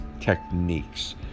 techniques